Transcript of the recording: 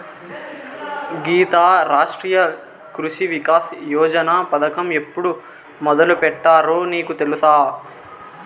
గీతా, రాష్ట్రీయ కృషి వికాస్ యోజన పథకం ఎప్పుడు మొదలుపెట్టారో నీకు తెలుసా